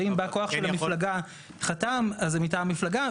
ואם בא כוח של המפלגה חתם, אז זה מטעם מפלגה.